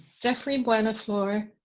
jeffrey buenaflor,